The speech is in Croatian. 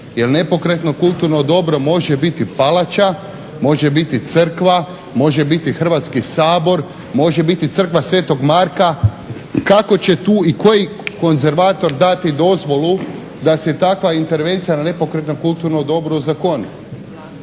jer nepokretno kulturno dobro može biti palača, može biti crkva, može biti Hrvatski sabor, može biti Crkva sv. Marka, kako će tu i koji konzervator dati dozvolu da se takva intervencija na nepokretnom kulturnom dobru ozakoni.